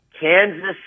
Kansas